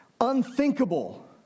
Unthinkable